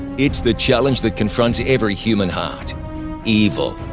it's the challenge that confronts every human heart evil.